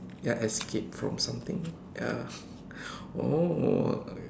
ya escape from something ya oh